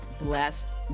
blessed